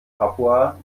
papua